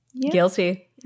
Guilty